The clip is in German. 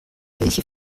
welche